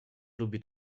lubi